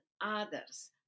others